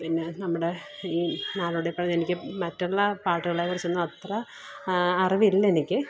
പിന്നെ നമ്മുടെ ഈ നാടോടി പറഞ്ഞ എനിക്ക് മറ്റുള്ള പാട്ടുകളെ കുറിച്ചൊന്നും അത്ര അറിവില്ല എനിക്ക്